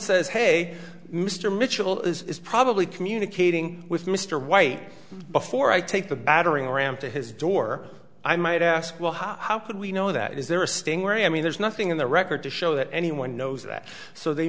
says hey mr mitchell is probably communicating with mr white before i take the battering ram to his door i might ask well how could we know that is there a sting ray i mean there's nothing in the record to show that anyone knows that so they